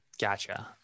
Gotcha